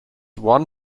one